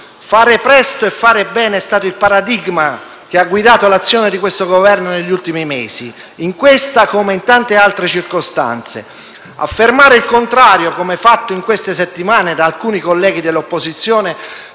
Fare presto e fare bene è stato il paradigma che ha guidato l’azione del Governo negli ultimi mesi, in questa come in tante altre circostanze. (Com_menti della senatrice Pinotti). Affermare il contrario, come fatto in queste_ settimane da alcuni colleghi dell’opposizione,